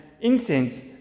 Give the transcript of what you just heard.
incense